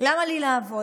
למה לי לעבוד,